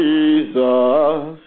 Jesus